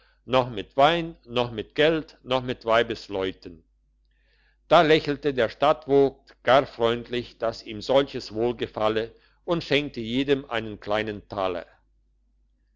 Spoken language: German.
noch mit wein noch mit geld noch mit weibsleuten da lächelte der stadtvogt gar freundlich dass ihm solches wohlgefalle und schenkte jedem einen kleinen taler